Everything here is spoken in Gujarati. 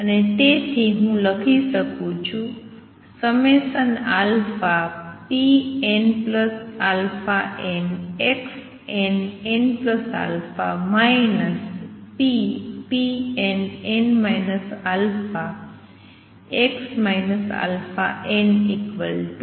અને તેથી હું લખી શકું છું pnαn xnnα ppnn α xn αniℏ